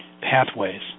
pathways